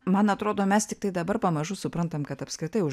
man atrodo mes tiktai dabar pamažu suprantam kad apskritai už